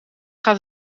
gaat